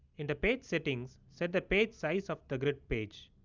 in the pagesettings set the pagesize of the grid page.